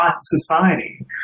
society